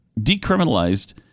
decriminalized